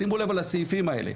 שימו לב לסעיפים האלה,